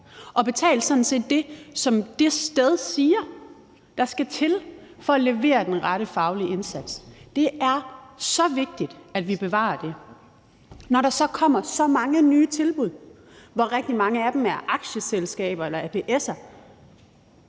og sådan set betale det, som det sted siger der skal til for at levere den rette faglige indsats. Det er så vigtigt, at vi bevarer det. Når der så kommer så mange nye tilbud, hvoraf rigtig mange er aktieselskaber eller aps'er,